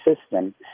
system